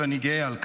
ואני גאה על כך.